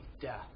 death